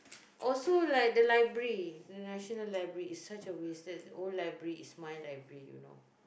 also like the library the National Library is such a wasted old library is my library you know